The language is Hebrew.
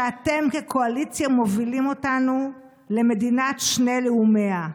שאתם כקואליציה מובילים אותנו למדינת שני לאומיה.